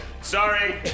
Sorry